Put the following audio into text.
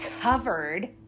covered